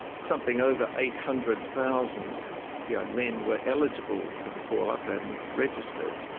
something over eight hundred thousand young men were eligible for the call-up and registered,